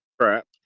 crap